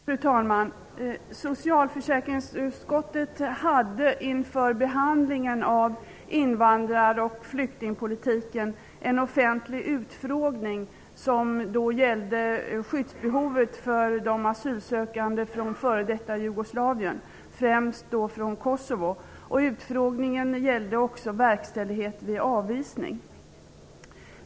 Fru talman! Socialförsäkringsutskottet hade inför behandlingen av invandrar och flyktingpolitiken en offentlig utfrågning, som gällde skyddsbehovet för de asylsökande från f.d. Jugoslavien, främst från Kosovo. Utfrågningen handlade också om verkställighet vid avvisning.